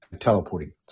teleporting